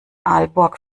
aalborg